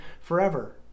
forever